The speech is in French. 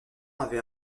avait